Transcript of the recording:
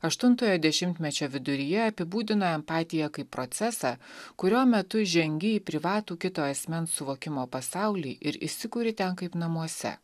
aštuntojo dešimtmečio viduryje apibūdino empatiją kaip procesą kurio metu žengi į privatų kito asmens suvokimo pasaulį ir įsikuri ten kaip namuose